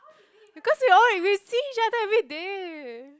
because we all lingui~ we see each other everyday